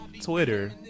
Twitter